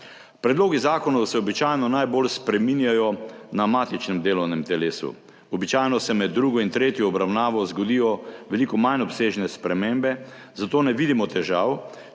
Predlogi zakonov se običajno najbolj spreminjajo na matičnem delovnem telesu. Običajno se med drugo in tretjo obravnavo zgodijo veliko manj obsežne spremembe, zato ne vidimo težav,